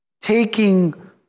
taking